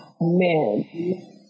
man